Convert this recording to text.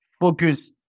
focus